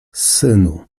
synu